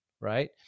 right